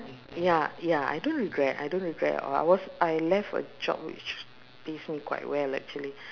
ya ya I don't regret I don't regret at all I was I left a job which pays me quite well actually